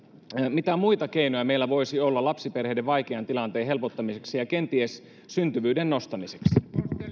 mitä muita keinoja meillä voisi olla lapsiperheiden vaikean tilanteen helpottamiseksi ja kenties syntyvyyden nostamiseksi